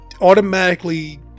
automatically